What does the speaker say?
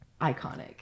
iconic